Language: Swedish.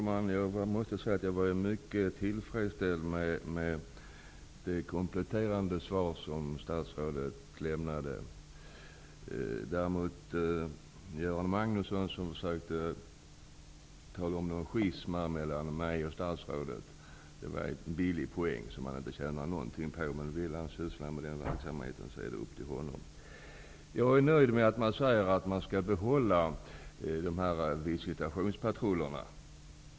Herr talman! Jag är mycket tillfredsställd med det kompletterande svar som statsrådet lämnade. Däremot försökte Göran Magnuson antyda att någon schism mellan mig och statsrådet skulle råda. Det var ett försök att få en billig poäng som Göran Magnusson inte tjänar någonting på. Men vill han syssla med sådan verkamhet så är det upp till honom att göra det. Jag är nöjd med beskedet att man skall behålla visitationspatrullerna.